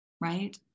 Right